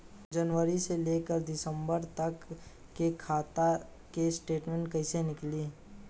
जनवरी से लेकर दिसंबर तक के खाता के स्टेटमेंट कइसे निकलि?